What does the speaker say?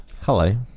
hello